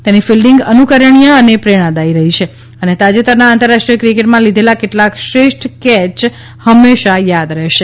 તેની ફિલ્ડિંગ અનુકરણીય અને પ્રેરણાદાયક રહી છે અને તાજેતરના આંતરરાષ્ટ્રીય ક્રિકેટમાં લીધેલા કેટલાક શ્રેષ્ઠ કેચ હંમેશા યાદ રહેશે